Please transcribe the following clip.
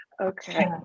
Okay